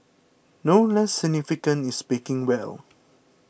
no less significant is speaking well